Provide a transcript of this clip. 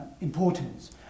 importance